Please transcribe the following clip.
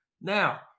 Now